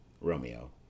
Romeo